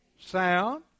sound